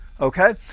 Okay